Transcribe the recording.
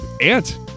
Ant